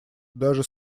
даже